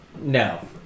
No